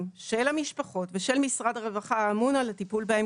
של המשפחות ושל משרד הרווחה האמון על הטיפול בהם,